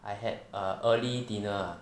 I had a early dinner ah